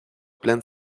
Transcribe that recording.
pleine